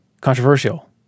controversial